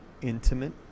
intimate